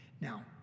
Now